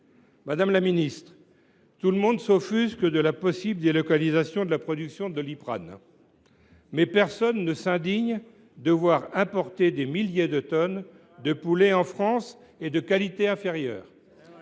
Madame la ministre, tout le monde s’offusque de la possible délocalisation de la production de Doliprane, mais personne ne s’indigne de voir importer en France des milliers de tonnes de poulet de qualité inférieure.